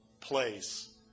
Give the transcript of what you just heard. place